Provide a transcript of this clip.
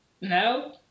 no